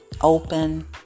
open